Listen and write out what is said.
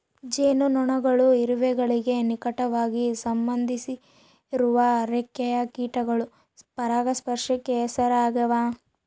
ಜೇನುನೊಣಗಳು ಇರುವೆಗಳಿಗೆ ನಿಕಟವಾಗಿ ಸಂಬಂಧಿಸಿರುವ ರೆಕ್ಕೆಯ ಕೀಟಗಳು ಪರಾಗಸ್ಪರ್ಶಕ್ಕೆ ಹೆಸರಾಗ್ಯಾವ